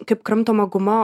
kaip kramtoma guma